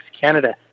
Canada